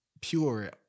pure